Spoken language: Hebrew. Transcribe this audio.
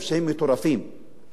הם יודעים מה התגובה שיכולה להיות